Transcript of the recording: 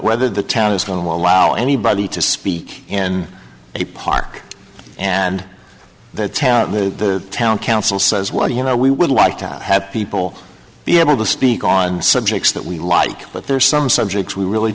whether the town is going wow anybody to speak in a park and the town the town council says well you know we would like to have people be able to speak on subjects that we like but there are some subjects we really